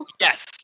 Yes